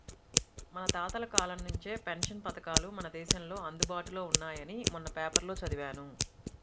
మన తాతల కాలం నుంచే పెన్షన్ పథకాలు మన దేశంలో అందుబాటులో ఉన్నాయని మొన్న పేపర్లో చదివాను